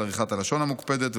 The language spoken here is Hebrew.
על עריכת הלשון המוקפדת,